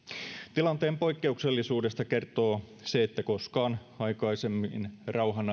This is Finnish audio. tilanteen poikkeuksellisuudesta kertoo se että koskaan aikaisemmin rauhan